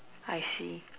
I see